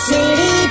City